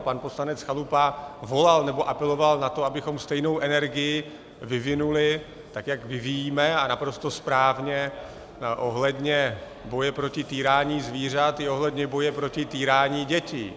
Pan poslanec Chalupa volal, nebo apeloval na to, abychom stejnou energii vyvinuli, tak jak vyvíjíme, a naprosto správně, ohledně boje proti týrání zvířat, i ohledně boje proti týrání dětí.